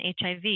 HIV